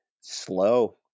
slow